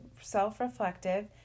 self-reflective